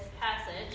passage